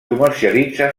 comercialitza